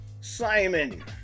Simon